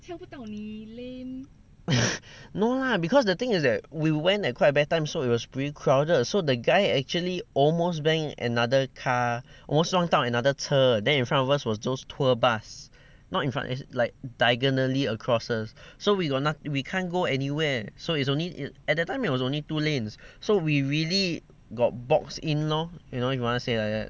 no lah because the thing is that we went at quite a bad time so it was pretty crowded so the guy actually almost bang another car almost 撞到 another 车 then in front of us was those tour bus not in front is like diagonally across us so we got noth~ we can't go anywhere so it was only at that time it was only two lanes so we really got boxed in lor you know if you wanna say like that